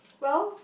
well